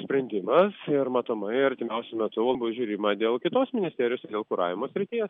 sprendimas ir matomai artimiausiu metu bus žiūrima dėl kitos ministerijos ir dėl kuravimo srities